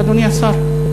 אדוני השר?